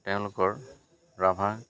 তেওঁলোকৰ ৰাভা